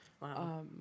Wow